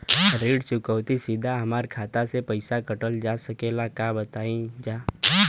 ऋण चुकौती सीधा हमार खाता से पैसा कटल जा सकेला का बताई जा?